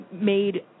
made